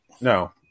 No